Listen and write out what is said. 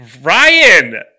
Ryan